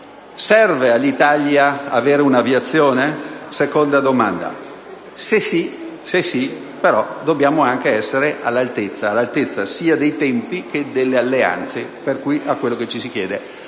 Serve all'Italia avere un'aviazione? Seconda domanda. Se sì, dobbiamo anche essere all'altezza, sia dei tempi sia delle alleanze e di quello che ci si chiede.